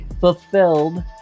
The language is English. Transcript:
fulfilled